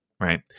right